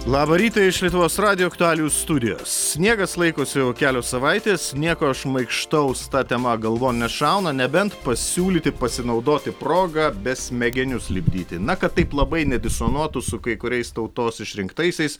labą rytą iš lietuvos radijo aktualijų studijos sniegas laikosi jau kelios savaitės nieko šmaikštaus ta tema galvon nešauna nebent pasiūlyti pasinaudoti proga besmegenius lipdyti na kad taip labai nedisonuotų su kai kuriais tautos išrinktaisiais